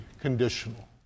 conditional